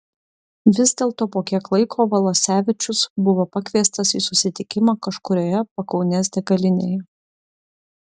vis dėlto po kiek laiko valasevičius buvo pakviestas į susitikimą kažkurioje pakaunės degalinėje